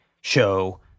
show